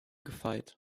gefeit